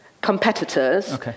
competitors